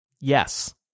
Yes